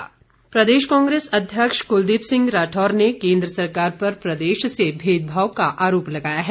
राठौर प्रदेश कांग्रेस अध्यक्ष कुलदीप सिंह राठौर ने केन्द्र सरकार पर प्रदेश से भेदभाव का आरोप लगाया है